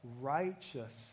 righteous